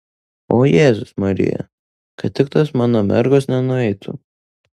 o jėzus marija kad tik tos mano mergos nenueitų